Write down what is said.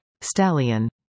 Stallion